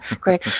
great